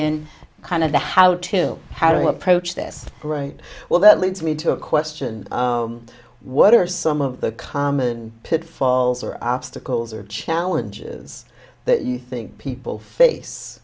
in kind of the how to how do you approach this right well that leads me to a question what are some of the common pitfalls or obstacles or challenges that you think people face